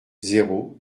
zéro